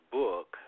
book